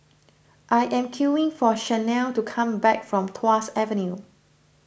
I am queing for Chanelle to come back from Tuas Avenue